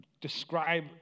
describe